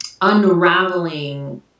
unraveling